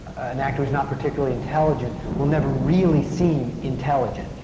an actor who is not particularly intelligent will never really seem intelligent.